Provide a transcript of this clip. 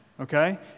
Okay